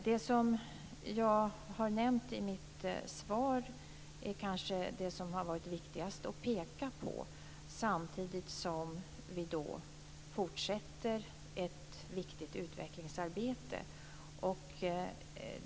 Det som jag har nämnt i mitt svar är kanske det som har varit viktigast att peka på, samtidigt som vi fortsätter ett viktigt utvecklingsarbete.